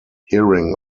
hearing